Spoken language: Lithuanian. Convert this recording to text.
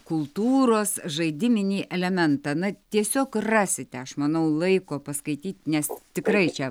kultūros žaidiminį elementą na tiesiog rasite aš manau laiko paskaityt nes tikrai čia